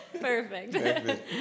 Perfect